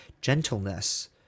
gentleness